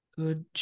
good